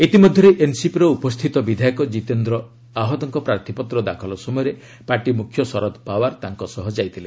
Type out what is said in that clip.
ଇତିମଧ୍ୟରେ ଏନ୍ସିପିର ଉପସ୍ଥିତ ବିଧାୟକ ଜିତେନ୍ଦ୍ର ଅହାଦଙ୍କ ପ୍ରାର୍ଥୀପତ୍ର ଦାଖଲ ସମୟରେ ପାର୍ଟିମୁଖ୍ୟ ଶରଦ ପାୱାର ତାଙ୍କ ସହ ଯାଇଥିଲେ